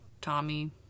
Tommy